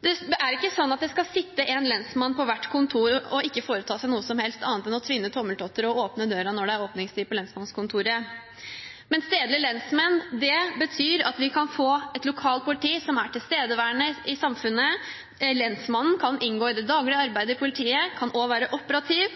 Det er ikke sånn at det skal sitte en lensmann på hvert kontor og ikke foreta seg noe som helst annet enn å tvinne tommeltotter og åpne døra når det er åpningstid på lensmannskontoret. Men stedlige lensmenn betyr at vi kan få et lokalt politi som er tilstedeværende i samfunnet. Lensmannen kan inngå i det daglige arbeidet i politiet – kan også være operativ